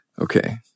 Okay